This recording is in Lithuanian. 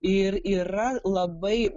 ir yra labai